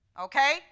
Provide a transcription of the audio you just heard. Okay